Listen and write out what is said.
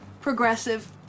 progressive